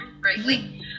greatly